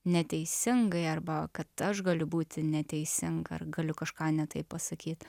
neteisingai arba kad aš galiu būti neteisinga ar galiu kažką ne taip pasakyt